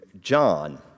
John